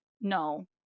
no